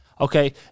Okay